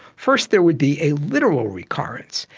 first there would be a literal recurrence,